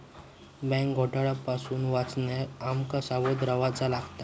bank घोटाळा पासून वाचण्याक आम का सावध रव्हाचा लागात